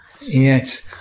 Yes